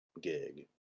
gig